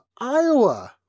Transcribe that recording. iowa